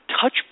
touch